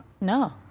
No